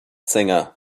singer